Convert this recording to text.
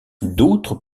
d’autres